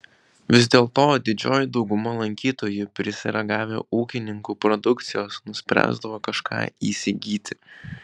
vis dėlto didžioji dauguma lankytojų prisiragavę ūkininkų produkcijos nuspręsdavo kažką įsigyti